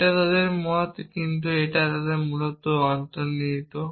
এটা তাদের মত কিন্তু এটা মূলত অন্তর্নিহিত